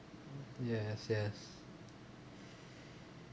yes yes